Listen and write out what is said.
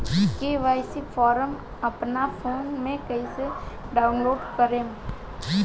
KYC form अपना phone मे कइसे डाऊनलोड करेम?